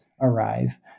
arrive